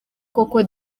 koko